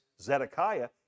Zedekiah